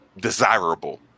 desirable